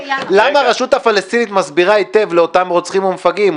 למה הרשות הפלסטינית מסבירה היטב לאותם רוצחים ומפגעים,